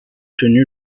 tenu